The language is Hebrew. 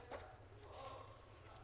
הוא כיבה את המצלמה.